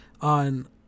on